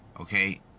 okay